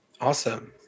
Awesome